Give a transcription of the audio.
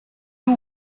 you